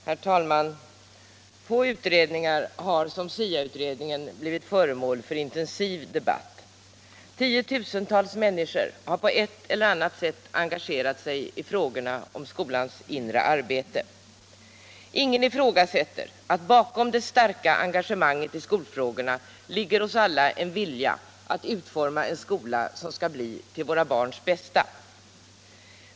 Herr talman! Få utredningar har blivit föremål för så intensiv debatt som SIA-utredningen. Tiotusentals människor har på ett eller annat sätt engagerat sig i frågorna om skolans inre arbete. Ingen ifrågasätter att bakom det starka engagemanget i skolfrågorna ligger hos alla en vilja att utforma en skola som skall bli till våra barns bästa.